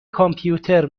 کامپیوتر